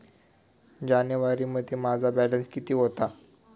जानेवारीमध्ये माझा बॅलन्स किती होता?